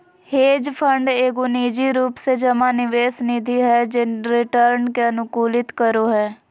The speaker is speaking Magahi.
हेज फंड एगो निजी रूप से जमा निवेश निधि हय जे रिटर्न के अनुकूलित करो हय